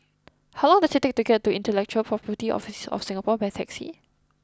how long does it take to get to Intellectual Property Office of Singapore by taxi